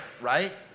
right